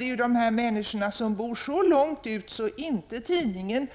Det är ju de människor som bor så långt bort från tätorter att tidningsutgivaren